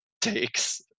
takes